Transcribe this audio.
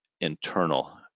internal